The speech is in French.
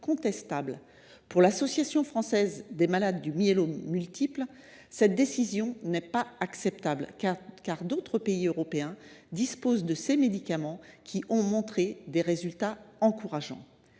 Pour l’Association française des malades du myélome multiple, cette décision n’est pas acceptable, car d’autres pays européens disposent de ces médicaments qui ont montré des résultats encourageants.